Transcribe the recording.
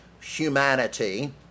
humanity